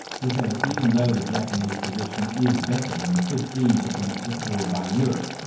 he says even though the japanese position is better than the fifteen percent put forward by europe,